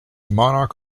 monarch